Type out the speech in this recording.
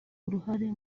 uruhare